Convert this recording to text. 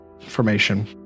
information